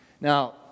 Now